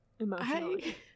emotionally